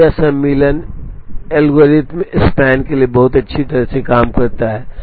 अब यह सम्मिलन एल्गोरिथ्म स्पैन के लिए बहुत अच्छी तरह से काम करता है